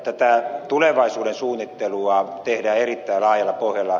meillä tulevaisuuden suunnittelua tehdään erittäin laajalla pohjalla